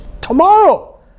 tomorrow